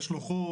יש לו חום,